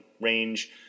range